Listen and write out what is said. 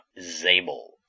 Zabel